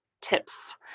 tips